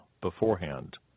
beforehand